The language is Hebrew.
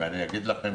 אגיד לכם